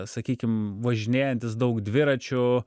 sakykim važinėjantis daug dviračiu